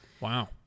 Wow